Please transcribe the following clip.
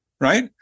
Right